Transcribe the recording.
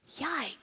Yikes